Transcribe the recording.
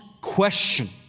question